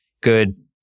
good